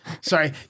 sorry